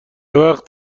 وقت